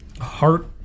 heart